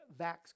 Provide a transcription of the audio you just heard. vax